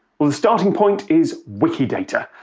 well, the starting point is wikidata.